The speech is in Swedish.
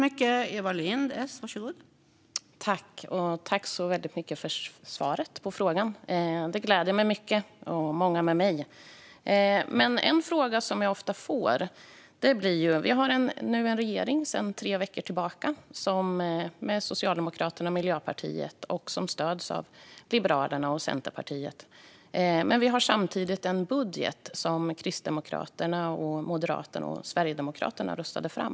Fru talman! Jag tackar så väldigt mycket för svaret på frågan, som starkt gläder mig och många andra. Vi har sedan tre veckor tillbaka en regering med Socialdemokraterna och Miljöpartiet som stöds av Liberalerna och Centerpartiet. Men vi har samtidigt en budget som Kristdemokraterna, Moderaterna och Sverigedemokraterna röstade fram.